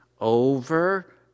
over